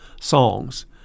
songs